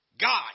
God